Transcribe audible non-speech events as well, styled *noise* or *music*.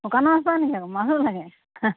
দোকানত *unintelligible* মানুহ লাগে